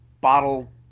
bottle